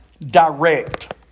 direct